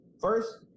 first